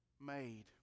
made